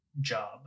job